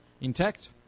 intact